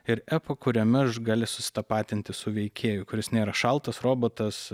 ir epo kuriame aš gali susitapatinti su veikėju kuris nėra šaltas robotas